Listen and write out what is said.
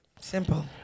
Simple